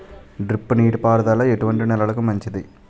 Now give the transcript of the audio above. Drip నీటి పారుదల ఎటువంటి నెలలకు మంచిది?